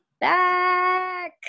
back